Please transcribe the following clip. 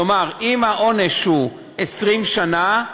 כלומר, אם העונש הוא 20 שנה,